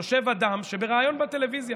יושב אדם שבריאיון בטלוויזיה,